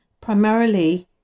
primarily